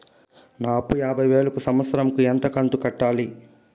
నా అప్పు యాభై వేలు కు సంవత్సరం కు ఎంత కంతు కట్టాలి?